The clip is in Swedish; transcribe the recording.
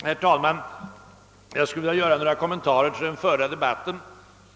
Herr talman! Jag skulle vilja göra några kommentarer till den förda debatten.